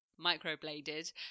microbladed